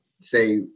say